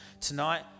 Tonight